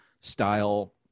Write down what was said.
style